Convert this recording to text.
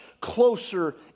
closer